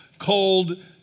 cold